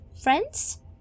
friends